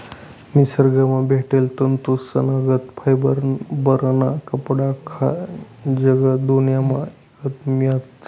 निसरगंमा भेटेल तंतूसनागत फायबरना कपडा आख्खा जगदुन्यामा ईकत मियतस